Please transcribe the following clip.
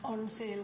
on sale